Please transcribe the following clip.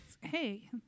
hey